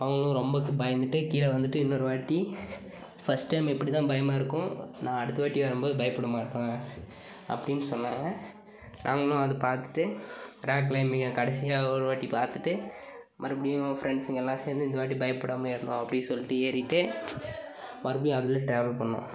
அவங்குளும் ரொம்ப பயந்துட்டு கீழே வந்துட்டு இன்னொரு வாட்டி ஃபஸ்ட் டைம் இப்படிதான் பயமாக இருக்கும் நான் அடுத்த வாட்டி வரும்போது பயப்பட மாட்டேன் அப்படின்னு சொன்னாங்க நாங்களும் அது பார்த்துட்டு ராக் க்ளைம்பிங்கை கடைசியா ஒரு வாட்டி பார்த்துட்டு மறுபுடியும் ஃப்ரெண்ட்ஸுங்கள்லாம் சேர்ந்து இந்த வாட்டி பயப்படாம ஏறணும் அப்படி சொல்லிட்டு ஏறிட்டு மறுபடியும் அதில் ட்ராவல் பண்ணோம்